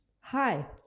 Hi